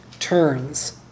turns